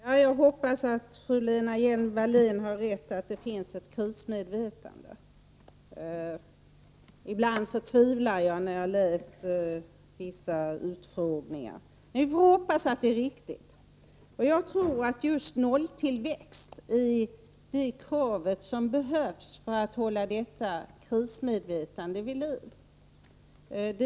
Herr talman! Jag hoppas att fru Lena Hjelm-Wallén har rätt i att det finns ett krismedvetande. Ibland tvivlar jag när jag läser vissa utfrågningar. Men vi får hoppas att det är riktigt. Jag tror att just nolltillväxt är det krav som behövs för att hålla detta krismedvetande vid liv.